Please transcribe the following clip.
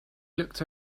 looked